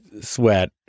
sweat